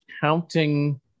counting